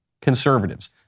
conservatives